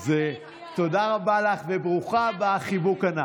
(אומרת בשפת הסימנים: ככה צריך להיות,